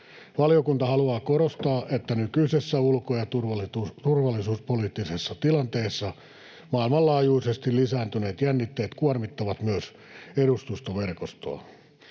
Valiokunta haluaa korostaa, että nykyisessä ulko- ja turvallisuuspoliittisessa tilanteessa maailmanlaajuisesti lisääntyneet jännitteet kuormittavat myös edustustoverkostoa.